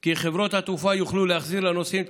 כי חברות התעופה יוכלו להחזיר לנוסעים את